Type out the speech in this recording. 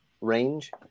range